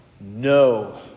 No